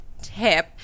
tip